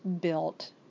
built